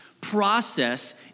process